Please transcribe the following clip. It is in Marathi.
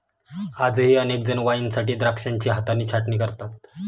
आजही अनेक जण वाईनसाठी द्राक्षांची हाताने छाटणी करतात